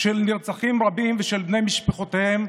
של נרצחים רבים ושל בני משפחותיהם,